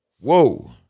whoa